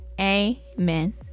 Amen